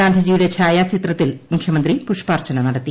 ഗാന്ധിജിയുടെ ഛായാചിത്രത്തിൽ മുഖ്യമന്ത്രി പുഷ്പാർച്ചന നടത്തി